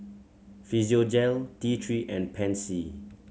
Physiogel T Three and Pansy